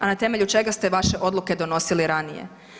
A na temelju čega ste vaše odluke donosili ranije?